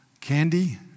candy